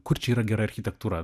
kur čia yra gera architektūra